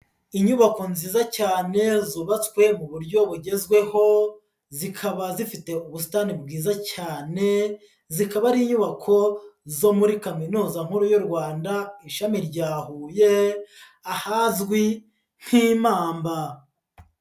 Inyubako nziza cyane zubatswe mu buryo bugezweho, zikaba zifite ubusitani bwiza cyane zikaba ari inyubako zo muri Kaminuza nkuru y'u Rwanda ishami rya Huye ahazwi nk'impamba.